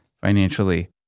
financially